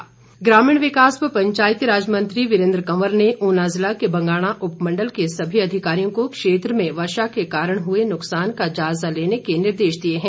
वीरेंद्र कंवर ग्रामीण विकास व पंचायती राज मंत्री वीरेंद्र कंवर ने ऊना जिला के बंगाणा उपमण्डल के सभी अधिकारियों को क्षेत्र में वर्षा के कारण हुए नुकसान का जायजा लेने के निर्देश दिए है